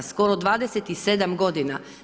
Skoro 27 godina.